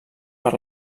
per